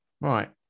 Right